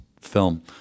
film